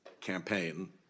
campaign